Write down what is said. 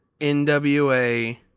NWA